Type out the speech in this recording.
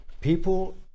people